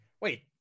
Wait